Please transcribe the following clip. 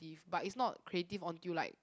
~ive but is not creative until like